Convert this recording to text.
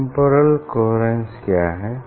temporal coherence क्या है